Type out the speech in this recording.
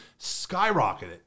skyrocketed